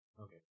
Okay